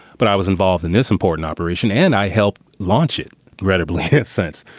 but i was involved in this important operation and i helped launch it credibly since.